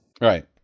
Right